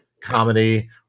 comedy